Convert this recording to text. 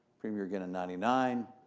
premier again in ninety nine.